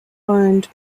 owned